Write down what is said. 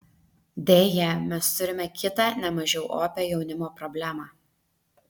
deja mes turime kitą ne mažiau opią jaunimo problemą